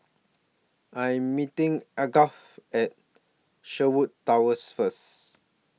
I'm meeting Algot At Sherwood Towers First